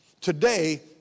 today